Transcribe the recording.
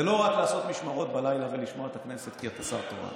זה לא רק לעשות משמרות בלילה ולשמוע את הכנסת כי אתה שר תורן,